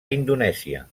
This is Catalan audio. indonèsia